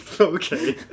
Okay